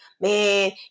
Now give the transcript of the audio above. man